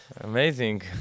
Amazing